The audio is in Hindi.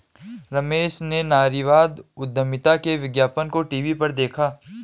रमेश ने नारीवादी उधमिता के विज्ञापन को टीवी पर देखा